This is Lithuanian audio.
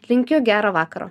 linkiu gero vakaro